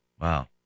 Wow